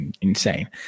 insane